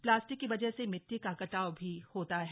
plastic की वजह से मिट्टी का कटाव भी होता है